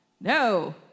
No